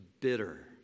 bitter